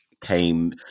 came